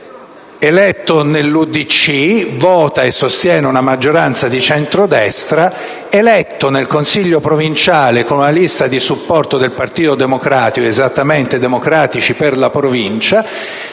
eletto nell'UDC, vota e sostiene una maggioranza di centrodestra, mentre, eletto nel Consiglio provinciale in una lista di supporto del Partito Democratico (esattamente Democratici per la Provincia),